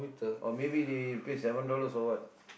or maybe they pay seven dollars or what